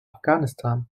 afghanistan